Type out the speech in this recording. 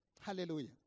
Hallelujah